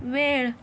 वेळ